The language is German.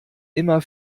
immer